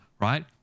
right